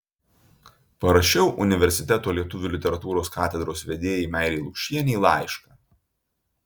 parašiau universiteto lietuvių literatūros katedros vedėjai meilei lukšienei laišką